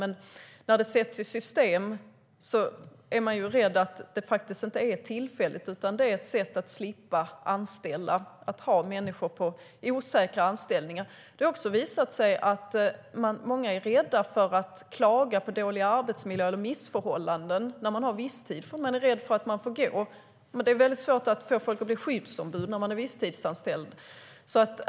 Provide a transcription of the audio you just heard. Men när det sätts i system är man rädd att det inte är tillfälligt, utan att det är ett sätt att slippa anställa att ha människor på osäkra anställningar. Det har också visat sig att många är rädda för att klaga på dålig arbetsmiljö eller missförhållanden när man har en visstidsanställning, för man är rädd för att man får gå. Och det är väldigt svårt att få folk att bli skyddsombud när de är visstidsanställda.